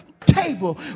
table